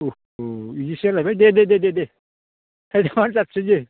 उफ उ बिदिनो जालायबाय दे दे थाइबायानो जासिगोन दे